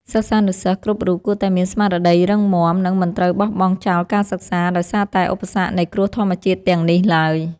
សិស្សានុសិស្សគ្រប់រូបគួរតែមានស្មារតីរឹងមាំ និង មិនត្រូវបោះបង់ចោលការសិក្សាដោយសារតែឧបសគ្គនៃគ្រោះធម្មជាតិទាំងនេះឡើយ។